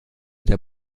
der